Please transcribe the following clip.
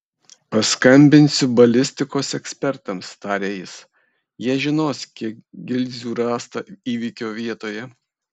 paskambinsiu balistikos ekspertams tarė jis jie žinos kiek gilzių rasta įvykio vietoje